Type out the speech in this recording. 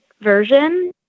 version